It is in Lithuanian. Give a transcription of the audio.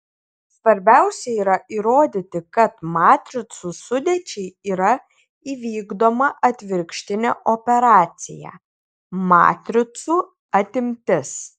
svarbiausia yra įrodyti kad matricų sudėčiai yra įvykdoma atvirkštinė operacija matricų atimtis